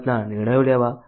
કિંમતના નિર્ણયો લેવા